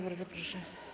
Bardzo proszę.